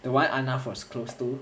the one was close to